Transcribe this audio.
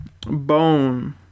Bone